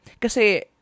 Kasi